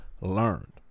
learned